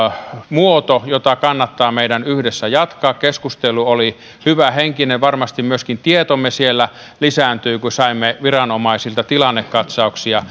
muoto jota kannattaa meidän yhdessä jatkaa keskustelu oli hyvähenkinen ja varmasti myöskin tietomme siellä lisääntyi kun saimme viranomaisilta tilannekatsauksia